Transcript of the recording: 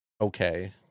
okay